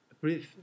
breathe